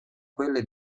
quelle